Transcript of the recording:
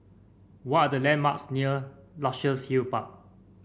what are the landmarks near Luxus Hill Park